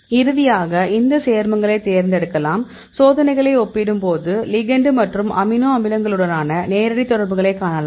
இறுதியாக இந்த சேர்மங்களைத் தேர்ந்தெடுக்கலாம் சோதனைகளை ஒப்பிடும் போது லிகெண்டு மற்றும் அமினோ அமிலங்களுடனான நேரடி தொடர்புகளை காணலாம்